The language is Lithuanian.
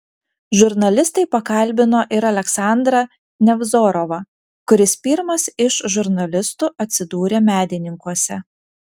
žurnalistai pakalbino ir aleksandrą nevzorovą kuris pirmas iš žurnalistų atsidūrė medininkuose